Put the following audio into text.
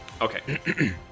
Okay